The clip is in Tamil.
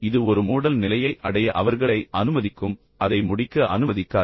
இது ஒரு மூடல் நிலையை அடைய அவர்களை அனுமதிக்கும் ஆனால் அதை முடிக்க அவர்களை அனுமதிக்காது